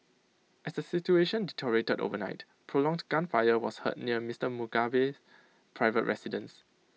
as the situation deteriorated overnight prolonged gunfire was heard near Mister Mugabe's private residence